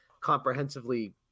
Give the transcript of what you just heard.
comprehensively